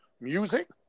music